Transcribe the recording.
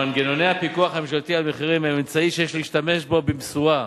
שמנגנוני הפיקוח הממשלתי על מחירים הם אמצעי שיש להשתמש בו במשורה,